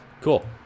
Cool